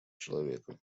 человека